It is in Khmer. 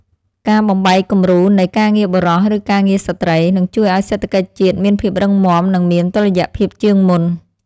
ការបំបែកគំរូនៃ ការងារបុរស ឬការងារស្ត្រី នឹងជួយឱ្យសេដ្ឋកិច្ចជាតិមានភាពរឹងមាំនិងមានតុល្យភាពជាងមុន។